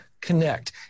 connect